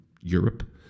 Europe